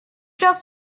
rock